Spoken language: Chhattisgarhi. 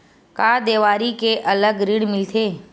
का देवारी के अलग ऋण मिलथे?